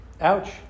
Ouch